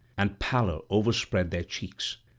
and pallor overspread their cheeks.